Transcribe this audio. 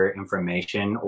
information